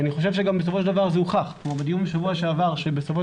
ואני חושב שגם בסופו של דבר זה הוכח כמו בדיון בשבוע שעבר שהכנסת,